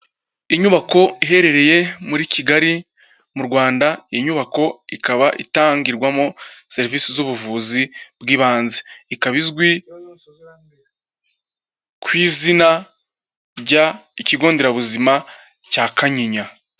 Inyubako iherereye muri Kigali, mu Rwanda, inyubako ikaba itangirwamo serivisi z'ubuvuzi bw'ibanze, ikaba izwi ku izina rya ikigo nderabuzima cya Kanyinya.